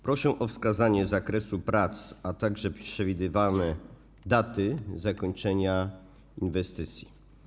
Proszę o wskazanie zakresu prac, a także przewidywane daty zakończenia inwestycji.